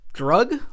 drug